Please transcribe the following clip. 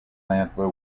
nadler